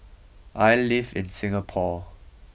I live in Singapore